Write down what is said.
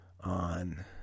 on